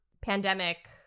pandemic